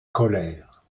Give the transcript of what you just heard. colère